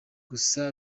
gusa